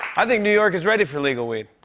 i think new york is ready for legal weed.